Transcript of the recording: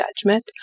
judgment